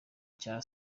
cya